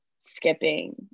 skipping